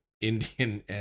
Indian